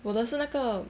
我的是那个